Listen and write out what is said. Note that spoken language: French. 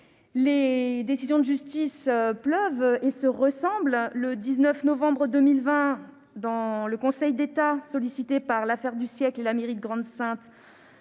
les décisions de justice pleuvent et se ressemblent ! Le 19 novembre 2020, le Conseil d'État, saisi par l'Affaire du siècle et la mairie de Grande-Synthe,